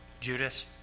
Judas